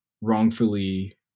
wrongfully